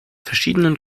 verschiedenen